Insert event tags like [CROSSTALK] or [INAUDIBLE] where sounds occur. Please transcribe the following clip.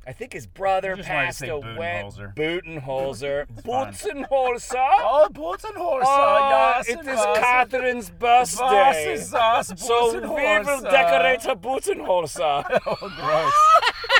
I think his brother You just wanted to passed say a wet Budenholzer. Budenholzer. It's fine. Budenholzer? Oh, Budenholzer, Oh, yes, it it is is. Catherine's Vas birthday. is us, So we will Budenholzer. decorate her Budenholzer. [LAUGHS] Oh, gross. [LAUGHS]